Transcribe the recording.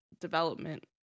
development